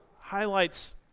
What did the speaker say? highlights